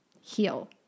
heal